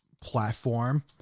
platform